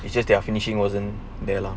it's just they're finishing wasn't there lah